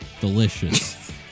Delicious